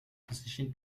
position